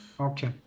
Okay